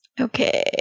Okay